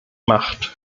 macht